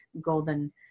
golden